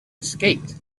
escaped